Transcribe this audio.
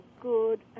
good